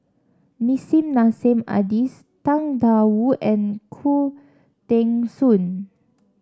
Nissim Nassim Adis Tang Da Wu and Khoo Teng Soon